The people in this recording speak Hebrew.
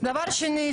דבר שני,